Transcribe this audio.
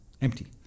empty